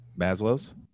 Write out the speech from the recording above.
Maslow's